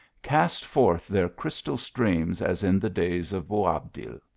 cast forth their crystal streams as in the days of boabdil.